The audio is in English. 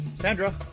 Sandra